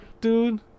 dude